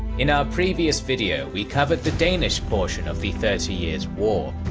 in our previous video we covered the danish portion of the thirty years' war.